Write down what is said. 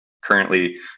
currently